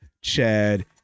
Chad